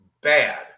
bad